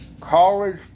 College